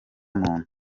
muntu